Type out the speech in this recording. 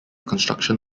construction